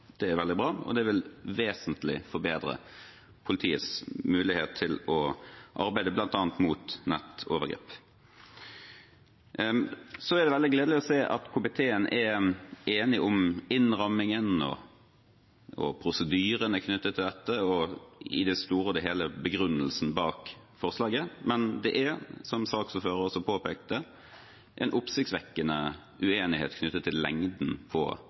Det er veldig bra, og det vil vesentlig forbedre politiets mulighet til å arbeide bl.a. mot nettovergrep. Så er det veldig gledelig å se at komiteen er enig om innrammingen og prosedyrene knyttet til dette og i det store og hele begrunnelsen bak forslaget. Men det er, som saksordføreren også påpekte, en oppsiktsvekkende uenighet knyttet til varigheten på